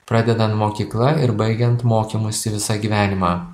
pradedant mokykla ir baigiant mokymusi visą gyvenimą